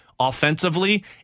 offensively